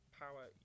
power